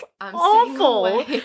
awful